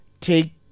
take